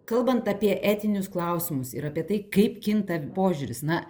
kalbant apie etinius klausimus ir apie tai kaip kinta požiūris na